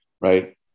right